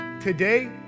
Today